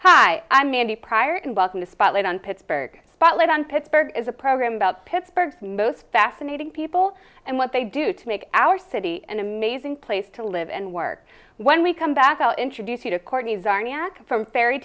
hi i'm mandy pryor and welcome to spotlight on pittsburgh spotlight on pittsburgh is a program about pittsburgh both fascinating people and what they do to make our city an amazing place to live and work when we come back i'll introduce you to courtney from fairy